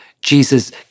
Jesus